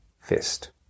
fist